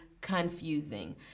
confusing